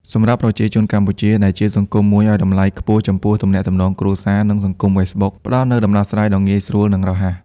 សម្រាប់ប្រជាជនកម្ពុជា ដែលជាសង្គមមួយឱ្យតម្លៃខ្ពស់ចំពោះទំនាក់ទំនងគ្រួសារ និងសង្គម Facebook ផ្តល់នូវដំណោះស្រាយដ៏ងាយស្រួលនិងរហ័ស។